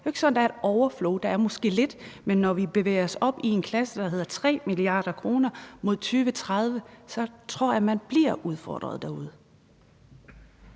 Det er jo ikke sådan, at der er et overflow. Der er måske lidt, men når vi bevæger os op i en klasse, der hedder 3 mia. kr. mod 2030, så tror jeg, man bliver udfordret derude.